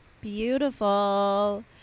beautiful